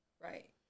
right